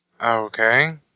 Okay